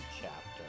chapter